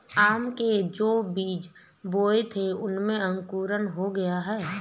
आम के जो बीज बोए थे उनमें अंकुरण हो गया है